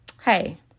hey